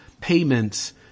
payments